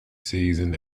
season